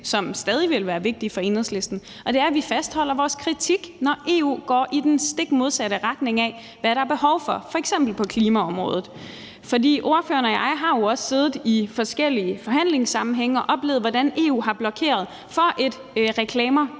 som stadig vil være vigtig for Enhedslisten, og det er, at vi fastholder vores kritik, når EU går i den stikmodsatte retning af, hvad der er behov for, f.eks. på klimaområdet. For ordføreren og jeg har jo også siddet i forskellige forhandlingssammenhænge og oplevet, hvordan EU har blokeret for et »Reklamer,